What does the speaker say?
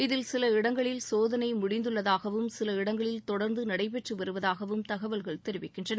இதில் சில இடங்களில் சோதனை முடிந்துள்ளதாகவும் சில இடங்களில் தொடர்ந்து நடைபெற்று வருவதாகவும் தகவல்கள் தெரிவிக்கின்றன